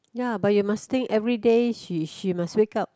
ya but you must think everyday she she must wake up